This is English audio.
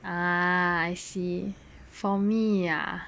ah I see for me ah